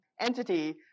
entity